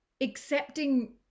accepting